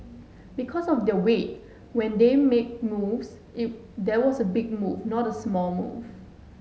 because of their weight when they make moves there was a big move not a small move